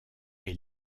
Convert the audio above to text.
est